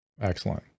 Excellent